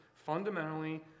fundamentally